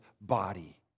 body